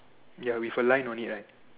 ya with a line only right